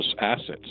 assets